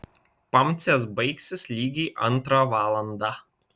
pamcės baigsis lygiai antrą valandą